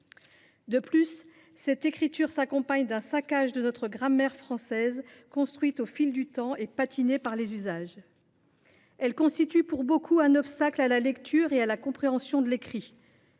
De plus, cette écriture s’accompagne d’un saccage de la grammaire française, construite au fil du temps et patinée par les usages. Elle constitue pour beaucoup un obstacle à la lecture et à la compréhension de l’écrit.